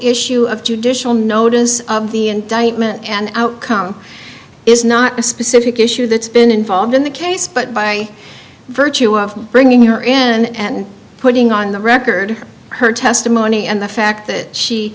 issue of judicial notice of the indictment and outcome is not the specific issue that's been involved in the case but by virtue of bringing her in and putting on the record her testimony and the fact that she